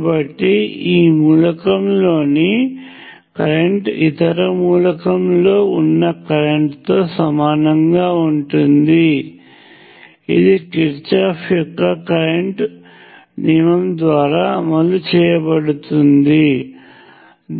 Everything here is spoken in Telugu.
కాబట్టి ఈ మూలకంలోని కరెంట్ ఇతర మూలకంలో ఉన్న కరెంట్తో సమానంగా ఉంటుంది ఇది కిర్చాఫ్ యొక్క కరెంట్ నియమము ద్వారా అమలు చేయబడుతుంది